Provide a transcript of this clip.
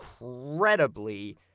incredibly